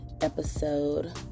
episode